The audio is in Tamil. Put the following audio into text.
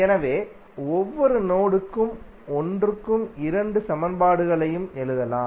எனவே ஒவ்வொரு நோடுக்கும் ஒன்றுக்கு இரண்டு சமன்பாடுகளையும் எழுதலாம்